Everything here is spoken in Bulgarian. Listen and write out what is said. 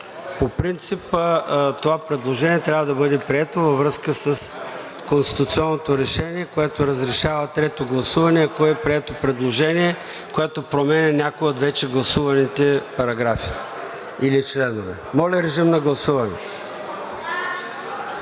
По принцип това предложение трябва да бъде прието, във връзка с конституционното решение, което разрешава трето гласуване, ако е прието предложение, което променя някои от вече гласуваните параграфи или членове. Моля, режим на гласуване.